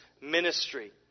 ministry